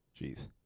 Jeez